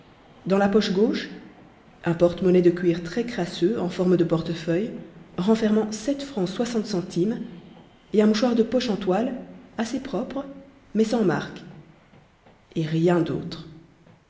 dans la poche gauche un porte-monnaie de cuir très crasseux en forme de portefeuille renfermant sept francs soixante centimes et un mouchoir de poche en toile assez propre mais sans marque et rien autre